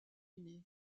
uni